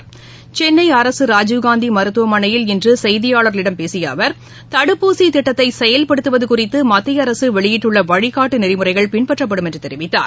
பேசியஅவர் சென்னைஅரசுராஜீவ்காந்திமருத்துவமனையில் இன்றசெய்தியாளர்களிடம் தடுப்பூசிதிட்டத்தைசெயல்படுத்துவதுகுறித்துமத்தியஅரசுவெளியிட்டுள்ளவழிகாட்டுநெறிமுறைகள் பின்பற்றப்படும் என்றுதெரிவித்தார்